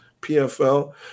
PFL